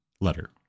letter